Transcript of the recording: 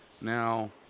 Now